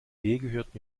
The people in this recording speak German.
gehört